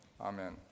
Amen